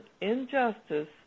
injustice